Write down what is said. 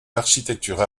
l’architecture